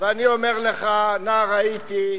אני אומר לך, נער הייתי,